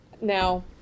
Now